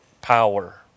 power